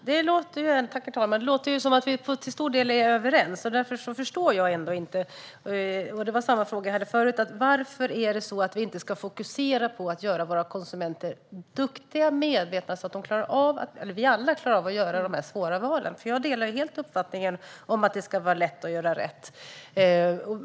Herr talman! Det låter som att vi till stor del är överens. Därför förstår jag inte. Jag har samma fråga som jag hade förut. Varför ska vi inte fokusera på att göra våra konsumenter duktiga och medvetna så att de - eller vi alla - klarar av att göra de svåra valen? Jag delar helt uppfattningen att det ska vara lätt att göra rätt.